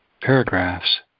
paragraphs